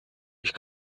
ich